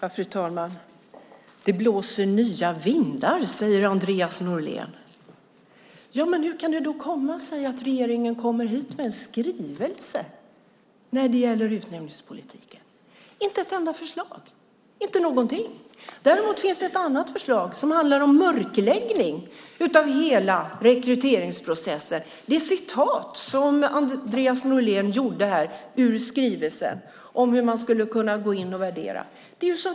Fru talman! Det blåser nya vindar, säger Andreas Norlén. Men hur kan det då komma sig att regeringen kommer hit med en skrivelse när det gäller utnämningspolitiken? Det finns inte ett enda förslag. Det finns inte någonting. Däremot finns det ett förslag som handlar om mörkläggning av hela rekryteringsprocessen. Jag tänker på det citat som Andreas Norlén läste upp ur skrivelsen om hur man skulle kunna gå in och värdera.